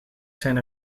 zijn